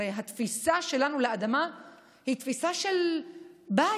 הרי התפיסה שלנו של אדמה היא תפיסה של בית,